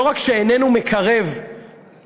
לא רק שהוא איננו מקרב שלום,